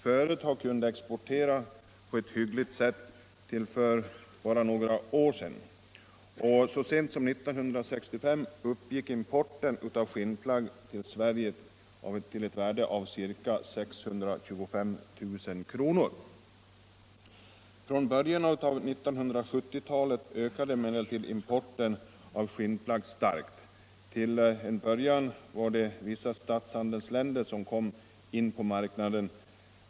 Företag kunde exportera på ett hyggligt sätt till för bara några år sedan, och så sent som 1965 uppgick den svenska importen av skinnplagg till ett värde av ca 626 000 kr. Från början av 1970-talet ökade emellertid importen av skinnplagg starkt. Till en början var det vissa statshandelsländer som kom in på marknaden.